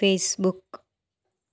Facebook